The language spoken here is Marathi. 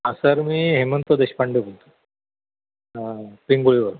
हा सर मी हेमंत देशपांडे बोलतो पिंगोळीवर